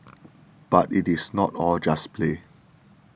but it is not all just play